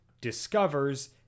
discovers